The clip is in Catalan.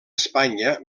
espanya